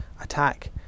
attack